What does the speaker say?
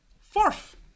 Fourth